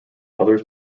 others